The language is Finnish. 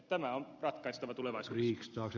tämä on ratkaistava tulevaisuudessa